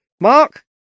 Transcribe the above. Mark